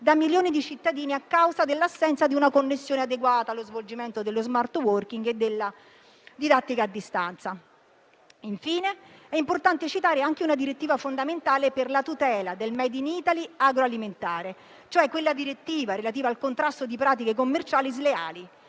da milioni di cittadini a causa dell'assenza di una connessione adeguata allo svolgimento dello *smart working* e della didattica a distanza. Infine, è importante citare anche una direttiva fondamentale per la tutela del *made in Italy* agroalimentare, cioè quella relativa al contrasto di pratiche commerciali sleali.